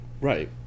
Right